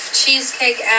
cheesecake